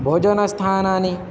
भोजनस्थानानि